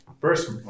first